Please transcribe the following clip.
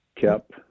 kept